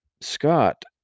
Scott